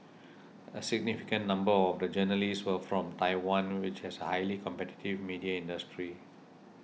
a significant number of the journalists were from Taiwan which has a highly competitive media industry